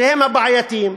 שהם הבעייתיים,